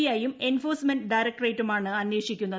ഐയും എൻഫോഴ്സ്മെന്റ് ഡയറക്ടറേറ്റുമാണ് അന്വേഷിക്കുന്നത്